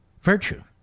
Virtue